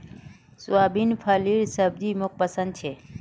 soybean फलीर सब्जी मोक पसंद छे